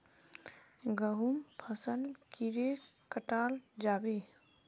गहुम फसल कीड़े कटाल जाबे?